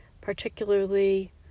particularly